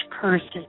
person